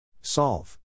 Solve